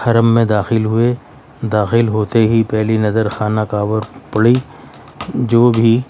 حرم میں داخل ہوئے داخل ہوتے ہی پہلی نظر خانہ کعبہ پہ پڑی جو بھی